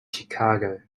chicago